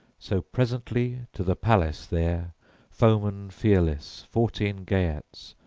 so presently to the palace there foemen fearless, fourteen geats,